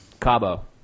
Cabo